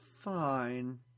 fine